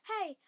Hey